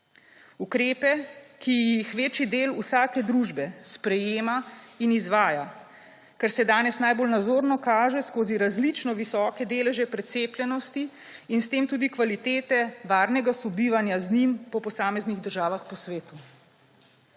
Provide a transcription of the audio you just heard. Ukrepe, ki jih večidel vsake družbe sprejema in izvaja, kar se danes najbolj nazorno kaže skozi različno visoke deleže precepljenosti in s tem tudi kvalitete varnega sobivanja z njim po posameznih državah po svetu.